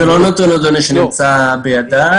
זה לא נתון שנמצא בידי,